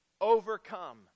overcome